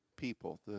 people